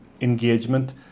engagement